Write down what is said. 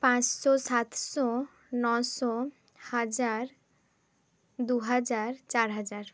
পাঁচশো সাতশো নশো হাজার দু হাজার চার হাজার